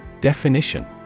Definition